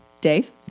Dave